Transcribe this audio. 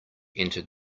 entered